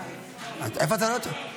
איפה אתה רואה אותו?